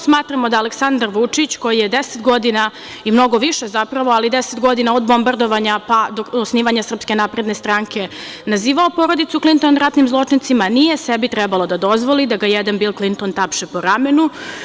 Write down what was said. Smatramo da Aleksandar Vučić, koji je deset godina i mnogo više zapravo, ali deset godina od bombardovanja pa do osnivanja SNS, nazivao porodicu Klinton ratnim zločincima, nije sebi trebao da dozvoli da ga jedan Bil Klinton tapše po ramenu.